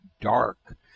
dark